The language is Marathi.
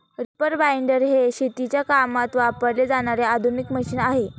रीपर बाइंडर हे शेतीच्या कामात वापरले जाणारे आधुनिक मशीन आहे